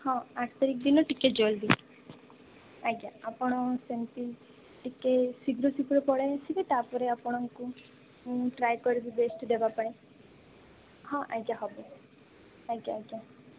ହଁ ଆଠ ତାରିଖ ଦିନ ଟିକେ ଜଲଦି ଆଜ୍ଞା ଆପଣ ସେମିତି ଟିକେ ଶୀଘ୍ର ଶୀଘ୍ର ପଳେଇ ଆସିବେ ତାପରେ ଆପଣଙ୍କୁ ମୁଁ ଟ୍ରାଏ କରିବି ବେଷ୍ଟ ଦେବାପାଇଁ ହଁ ଆଜ୍ଞା ହେବ ଆଜ୍ଞା ଆଜ୍ଞା